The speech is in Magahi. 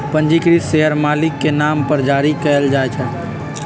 पंजीकृत शेयर मालिक के नाम पर जारी कयल जाइ छै